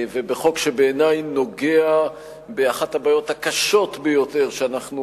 בחוק שבעיני נוגע באחת הבעיות הקשות ביותר שאנחנו